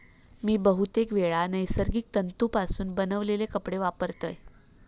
मी बहुतेकवेळा नैसर्गिक तंतुपासून बनवलेले कपडे वापरतय